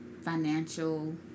financial